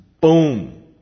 Boom